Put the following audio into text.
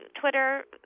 Twitter